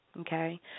okay